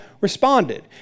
responded